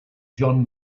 john